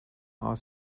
are